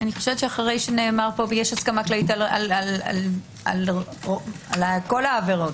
אני חושבת שיש הסכמה כללית על כל העבירות,